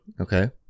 Okay